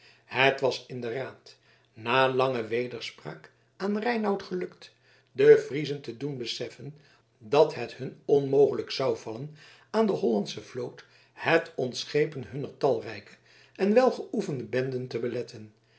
het was in den raad na lange wederspraak aan reinout gelukt den friezen te doen beseffen dat het hun onmogelijk zou vallen aan de hollandsche vloot het ontschepen hunner talrijke en welgeoefende benden te beletten